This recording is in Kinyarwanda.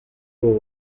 ubu